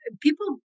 people